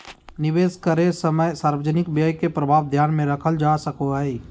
निवेश करे समय सार्वजनिक व्यय के प्रभाव ध्यान में रखल जा सको हइ